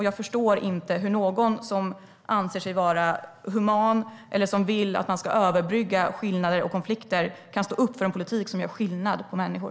Jag förstår inte hur någon som anser sig vara human eller vill att man ska överbrygga skillnader och konflikter kan stå upp för en politik som gör skillnad på människor.